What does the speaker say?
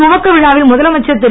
துவக்க விழாவில் முதலமைச்சர் திரு